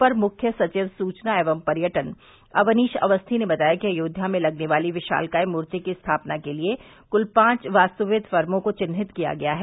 अपर मुख्य सविव सुवना एवं पर्यटन अवनीश अवस्थी ने बताया कि अयोध्या में लगने वाली विशालकाय मूर्ति की स्थापना के लिये कल पांच वास्तविद फर्मों को चिन्हित किया गया है